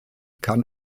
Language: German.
kann